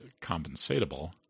compensatable